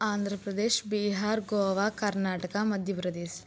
Andhra Pradesh Bihar Goa Karnataka Madhya Pradesh